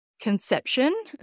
conception